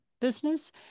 business